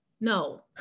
No